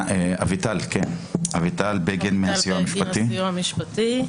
הסיוע המשפטי.